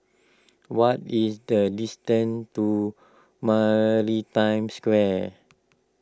what is the distance to Maritime Square